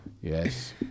Yes